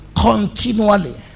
continually